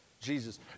Jesus